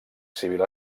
civil